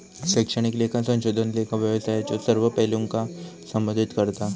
शैक्षणिक लेखा संशोधन लेखा व्यवसायाच्यो सर्व पैलूंका संबोधित करता